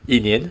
一年